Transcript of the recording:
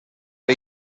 per